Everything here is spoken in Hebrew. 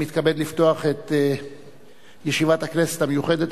אני מתכבד לפתוח את ישיבת הכנסת המיוחדת